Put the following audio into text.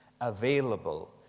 available